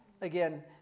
again